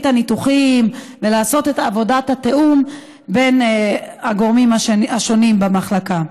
הניתוחים ולעשות את עבודת התיאום בין הגורמים השונים במחלקה.